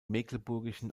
mecklenburgischen